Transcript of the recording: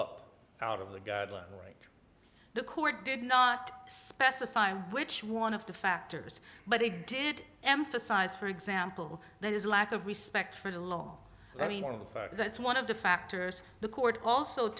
up out of the guidelines the court did not specify which one of the factors but they did emphasize for example there is a lack of respect for the law i mean that's one of the factors the court also